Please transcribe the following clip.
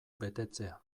betetzea